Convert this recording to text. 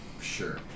sure